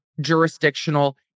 jurisdictional